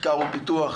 מחקר ופיתוח,